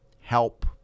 help